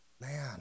Man